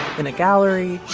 in a gallery,